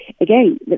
again